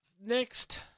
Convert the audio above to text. next